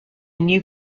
new